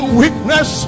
weakness